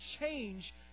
change